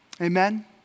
Amen